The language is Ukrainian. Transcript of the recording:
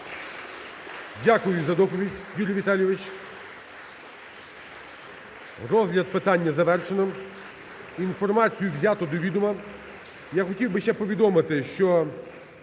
Дякую за доповідь, Юрій Віталійович. Розгляд питання завершено. Інформацію взято до відома. Я хотів би ще повідомити, що